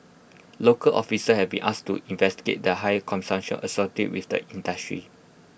local officials have been asked to investigate the high consumption associated with the industry